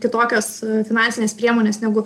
kitokios finansinės priemonės negu